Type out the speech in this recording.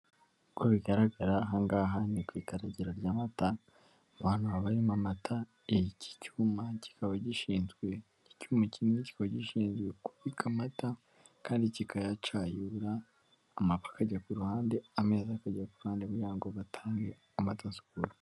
Uko bigaragara ahangaha ni ku ikagiragiro ry'amata, aha hantu haba harimo amata, iki cyuma kikaba gishinzwe, iki cyuma kiba gishinzwe kubika amata kandi kikayacayura amabi akajya ku ruhande ameza akajya ku ruhande kugira ngo batange amata asukuye.